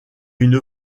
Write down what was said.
une